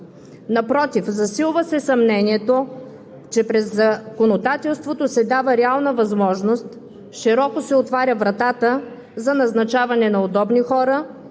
Напротив, засилва се съмнението, че през законодателството се дава реална възможност, широко се отваря вратата за назначаване на удобни хора